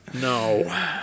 No